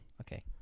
Okay